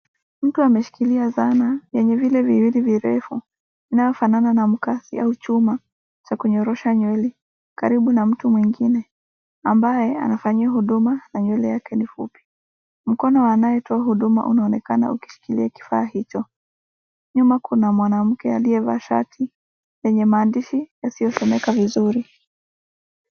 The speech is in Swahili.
Mtu ameshikilia zana yenye vile viwili virefu inayofanana mkasi au chuma cha kunyorosha nywele karibu na mtu mwengine ambaye anafanyiwa huduma na nywele yake ni fupi. Mkono wa anayetoa huduma unaonekana ukishikilia kifaa hicho. Nyuma kuna mwanamke aliyevaa shati yenye maandishi yasiyosomeka vizuri.